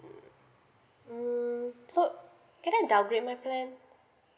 hmm so can I downgrade my plan